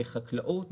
כחקלאות,